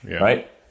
right